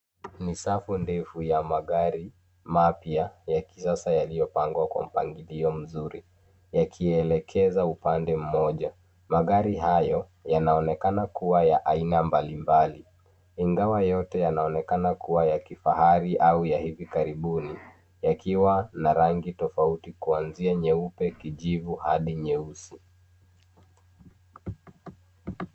Ni safu ndefu ya magari mapya ya kisasa, yaliyopangwa kwa mpangilio mzuri, yakielekeza upande mmoja. Magari hayo yanaonekana kua ya aina mbali mbali, ingawa yote yanaonekana kua ya kifahari au ya hivi karibuni, yakiwa na rangi tofauti kuanzia nyeupe, kijivu, hadi nyeusi.